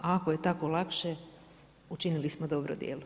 Ako je tako lakše učinili smo dobro djelo.